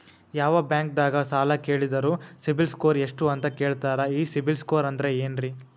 ಯಾವ ಬ್ಯಾಂಕ್ ದಾಗ ಸಾಲ ಕೇಳಿದರು ಸಿಬಿಲ್ ಸ್ಕೋರ್ ಎಷ್ಟು ಅಂತ ಕೇಳತಾರ, ಈ ಸಿಬಿಲ್ ಸ್ಕೋರ್ ಅಂದ್ರೆ ಏನ್ರಿ?